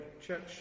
church